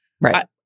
Right